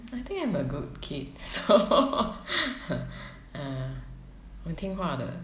I think I'm a good kid so uh 很听话的